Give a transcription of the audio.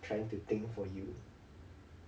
trying to think for you